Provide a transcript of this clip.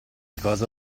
cosa